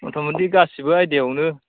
मथा मथि गासैबो आयदायावनो